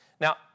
Now